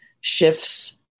shifts